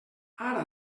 ara